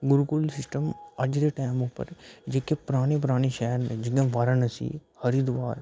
बिल्कुस system अज्ज दे time पर जेह्के पराने पराने शैह्र न जियां वाराणसी हरिद्वार